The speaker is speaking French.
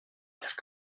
terres